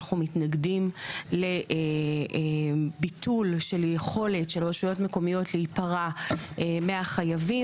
אנחנו מתנגדים לביטול של יכולת של רשויות מקומיות להיפרע מהחייבים,